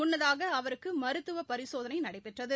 முன்னதாக அவருக்கு மருத்துவ பரிசோதனை நடைபெற்றது